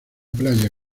playa